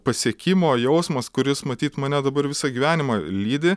pasiekimo jausmas kuris matyt mane dabar visą gyvenimą lydi